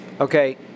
Okay